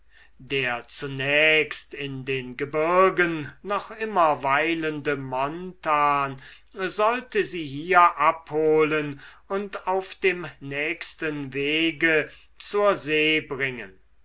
der zunächst in den gebirgen noch immer weilende montan sollte sie hier abholen und auf dem nächsten wege zur see bringen